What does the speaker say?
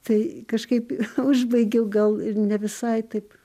tai kažkaip užbaigiau gal ir ne visai taip